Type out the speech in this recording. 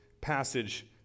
passage